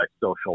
social